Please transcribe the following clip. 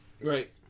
Right